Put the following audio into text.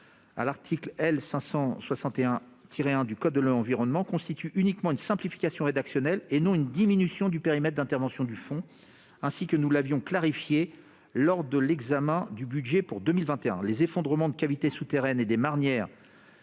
à l'article L. 561-1 du code de l'environnement constitue uniquement une simplification rédactionnelle et non une diminution du périmètre d'intervention du Fonds, ainsi que nous l'avions clarifié lors de l'examen du projet de loi de finances pour 2021. Les effondrements de cavités souterraines et des marnières-